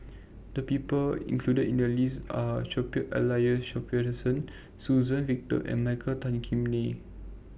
The People included in The list Are Cuthbert Aloysius Shepherdson Suzann Victor and Michael Tan Kim Nei